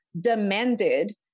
demanded